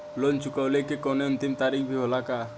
Loan चुकवले के कौनो अंतिम तारीख भी होला का?